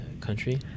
country